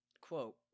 quote